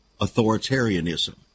authoritarianism